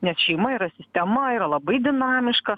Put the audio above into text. nes šeima yra sistema yra labai dinamiška